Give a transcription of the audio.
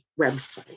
website